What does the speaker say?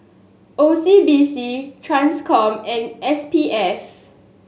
O C B C Transcom and S P F